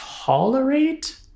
tolerate